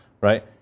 right